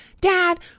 dad